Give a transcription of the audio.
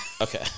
Okay